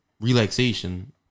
relaxation